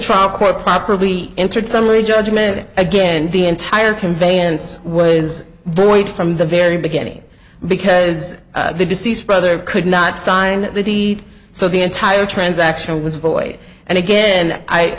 trial quite properly entered summary judgment again the entire conveyance was void from the very beginning because the deceased brother could not sign the deed so the entire transaction was void and again i